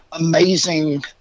amazing